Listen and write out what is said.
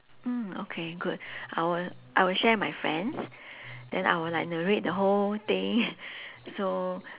mm okay good I would I would share my friends then I would like narrate the whole thing so